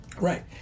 Right